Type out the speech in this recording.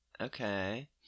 Okay